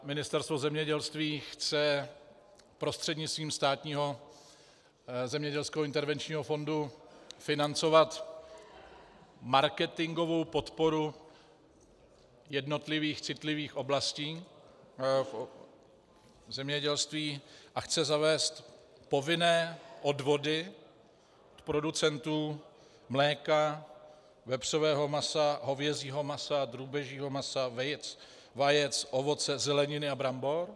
Ministerstvo zemědělství chce prostřednictvím Státního zemědělského intervenčního fondu financovat marketingovou podporu jednotlivých citlivých oblastí v zemědělství a chce zavést povinné odvody producentů mléka, vepřového masa, hovězího masa, drůbežího masa, vajec, ovoce, zeleniny a brambor.